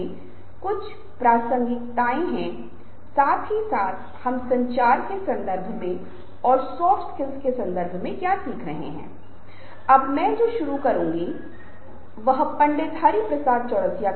हाँ हम कर सकते हैं यह बहुत आसान है यदि आप कम आवाज़ में बोल रहे हैं तो पहली बात यह है कि ज़ोर से बोलें जो कि कोई बड़ी बात नहीं है यदि आप धीरे धीरे बोल रहे हैं तो आप तेज़ बोल सकते हैं यदि आप तेज़ बोल रहे हैं तो आप धीमी गति से नीचे बोल सकते हैं